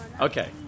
Okay